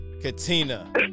Katina